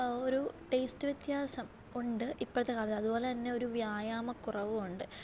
ഒരു ടേസ്റ്റ് വ്യത്യാസം ഉണ്ട് ഇപ്പോഴത്തെ കാലത്ത് അതുപോലെ തന്നെ ഒരു വ്യായാമകുറവും ഉണ്ട്